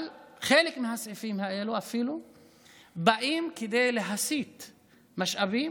אבל חלק מהסעיפים האלה באים כדי להסיט משאבים,